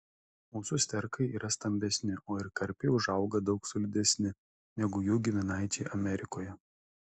mūsų sterkai yra stambesni o ir karpiai užauga daug solidesni negu jų giminaičiai amerikoje